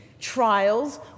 trials